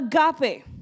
agape